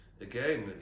again